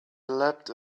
leapt